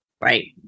Right